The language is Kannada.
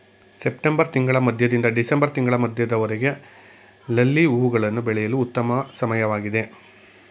ಸೆಪ್ಟೆಂಬರ್ ತಿಂಗಳ ಮಧ್ಯದಿಂದ ಡಿಸೆಂಬರ್ ತಿಂಗಳ ಮಧ್ಯದವರೆಗೆ ಲಿಲ್ಲಿ ಹೂವುಗಳನ್ನು ಬೆಳೆಯಲು ಉತ್ತಮ ಸಮಯವಾಗಿದೆ